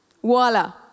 voila